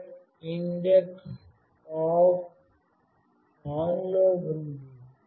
indeOf ON లో ఉంది